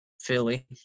Philly